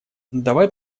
давай